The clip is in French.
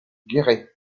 guéret